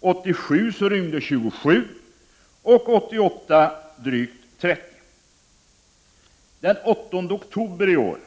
År 1987 rymde 27 och år 1988 drygt 30. Den 8 oktober i år